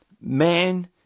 Man